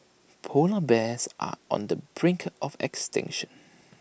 Polar Bears are on the brink of extinction